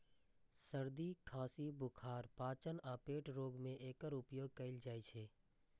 सर्दी, खांसी, बुखार, पाचन आ पेट रोग मे एकर उपयोग कैल जाइ छै